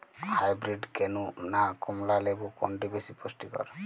Hybrid কেনু না কমলা লেবু কোনটি বেশি পুষ্টিকর?